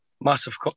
massive